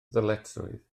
ddyletswydd